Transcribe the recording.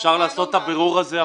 אפשר לעשות את הבירור הזה,